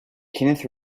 kenneth